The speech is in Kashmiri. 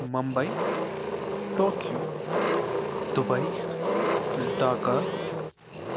Mumbai Tokyo Dubai Dhaka